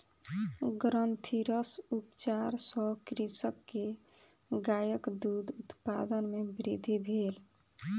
ग्रंथिरस उपचार सॅ कृषक के गायक दूध उत्पादन मे वृद्धि भेल